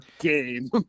game